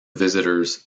visitors